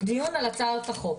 דיון על הצעות החוק?